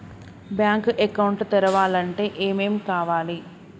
Bank account తెరవాలంటే ఏమేం కావాలి?